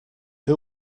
who